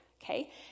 Okay